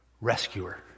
rescuer